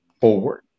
forward